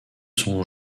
sont